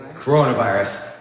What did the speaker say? coronavirus